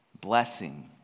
blessing